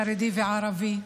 חרדים וערבים.